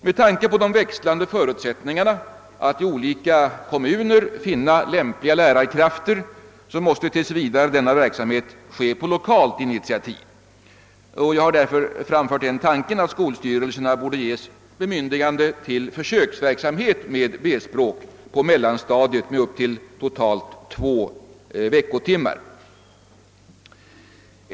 Med tanke på de växlande förutsättningarna att i olika kommuner finna lämpliga lärarkrafter måste denna verksamhet tills vidare ske på lokalt initiativ, och jag har fördenskull aktualiserat tanken att skolstyrelserna skulle ges bemyndigande till försöksverksamhet med B-språk på mellanstadiet under sammanlagt högst två veckotimmar.